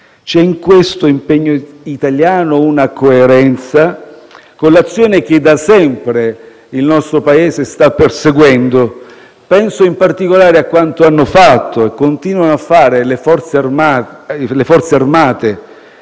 C'è in questo impegno italiano una coerenza con l'azione che, da sempre, il nostro Paese sta perseguendo: penso, in particolare, a quanto hanno fatto e continuano a fare le Forze armate,